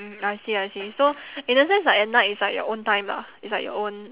mm I see I see so in a sense like at night it's like your own time lah it's like your own